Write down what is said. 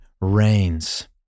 Reigns